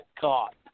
caught